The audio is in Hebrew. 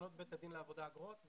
תקנות בית הדין לעבודה (אגרות).